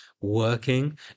working